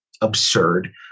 absurd